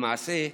למעשה,